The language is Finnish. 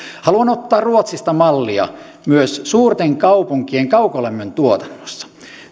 haluan ottaa ruotsista mallia myös suurten kaupunkien kaukolämmön tuotannossa